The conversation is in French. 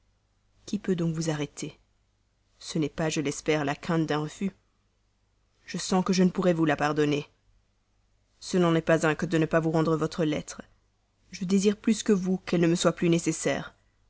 qui peut donc vous arrêter ce n'est pas je l'espère la crainte d'un refus je sens que je ne pourrais vous la pardonner ce n'en est pas un que de ne pas vous rendre votre lettre je désire plus que vous qu'elle ne me soit plus nécessaire